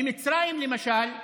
במצרים למשל,